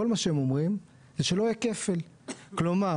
כל מה שהם אומרים זה שלא יהיה כפל.